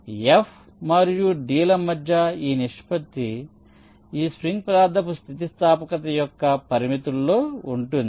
కాబట్టి F మరియు d ల మధ్య ఈ నిష్పత్తి ఇది ఈ స్ప్రింగ్ పదార్థపు స్థితిస్థాపకత యొక్క పరిమితుల్లో ఉంటుంది